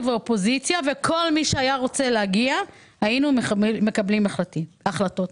ואופוזיציה וכל מי שהיה רוצה להגיע היינו מקבלים החלטות.